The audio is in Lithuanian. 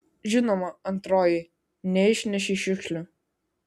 žinoma antroji neišnešei šiukšlių